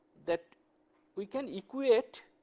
that we can equate